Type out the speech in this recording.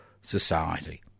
society